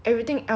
we cannot